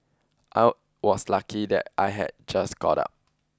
I was lucky that I had just got up